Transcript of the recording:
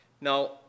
now